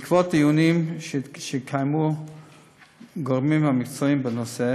בעקבות דיונים שקיימו הגורמים המקצועיים בנושא